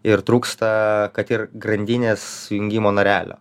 ir trūksta kad ir grandinės jungimo narelio